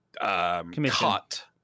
cut